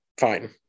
fine